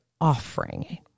offering